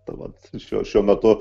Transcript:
tai vat šiuo šiuo metu